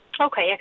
Okay